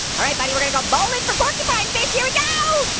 all right, buddy, we're gonna go bowling for porcupine fish, here we go,